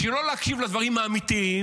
בשביל לא להקשיב לדברים האמיתיים,